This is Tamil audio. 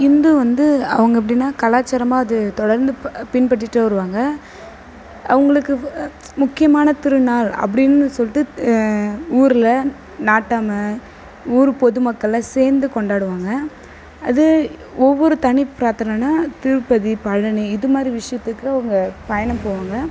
இந்து வந்து அவங்க எப்படின்னா கலாச்சாரமாக அது தொடர்ந்து பின்பற்றிகிட்டே வருவாங்க அவங்களுக்கு முக்கியமான திருநாள் அப்படின்னு சொல்லிட்டு ஊரில் நாட்டாமை ஊர் பொதுமக்கள்லாம் சேர்ந்து கொண்டாடுவாங்க அது ஒவ்வொரு தனி பிராத்தனைனா திருப்பதி பழனி இதுமாதிரி விஷயத்துக்கு அவங்க பயணம் போவாங்க